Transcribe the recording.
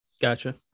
Gotcha